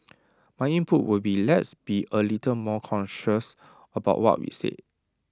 my input would be let's be A little more cautious about what we say